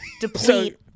deplete